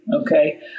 okay